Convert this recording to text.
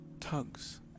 tugs